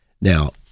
Now